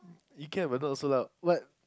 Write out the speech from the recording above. you care about not so lah what